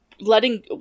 letting